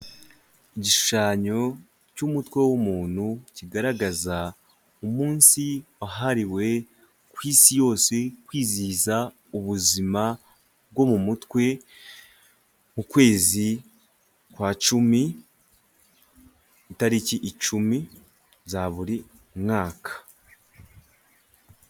Igishushanyo cy'umutwe w'umuntu kigaragaza umunsi wahariwe ku isi yose, kwizihiza ubuzima bwo mu mutwe mu kwezi kwa cumi, itariki icumi za buri mwaka.